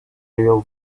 will